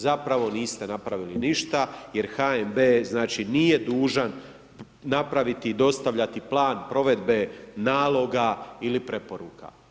Zapravo niste napravili ništa jer HNB znači nije dužan napraviti, dostavljati plan provedbe naloga ili preporuka.